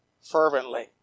fervently